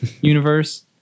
universe